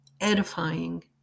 edifying